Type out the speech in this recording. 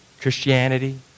Christianity